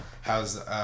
How's